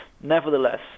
Nevertheless